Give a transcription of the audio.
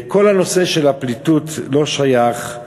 כל הנושא של הפליטות לא שייך,